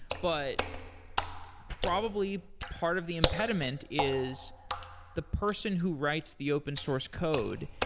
but probably, part of the impediment is the person who writes the open source code,